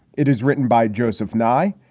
it is written by joseph nye.